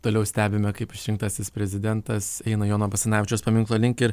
toliau stebime kaip išrinktasis prezidentas eina jono basanavičiaus paminklo link ir